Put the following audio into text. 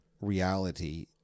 reality